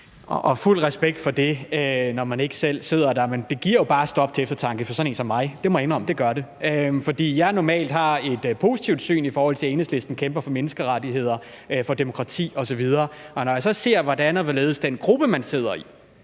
Og fuld respekt for det, når man ikke selv sidder der, men det giver bare stof til eftertanke for sådan en som mig, det må jeg indrømme. For jeg har normalt et positivt syn på, at Enhedslisten kæmper for menneskerettigheder og demokrati osv. Og jeg ser så, hvordan og hvorledes den gruppe, man selv sidder i